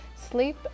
Sleep